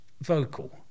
vocal